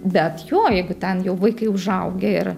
bet jo jeigu ten jau vaikai užaugę ir